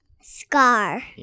Scar